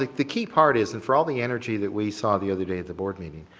like the key part is and for all the energy that we saw the other day at the board meeting,